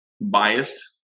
biased